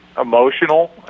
emotional